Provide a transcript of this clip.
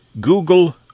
Google